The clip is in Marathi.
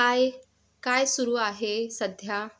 हाय काय सुरु आहे सध्या